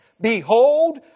Behold